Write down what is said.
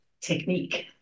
technique